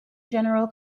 general